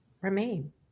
remain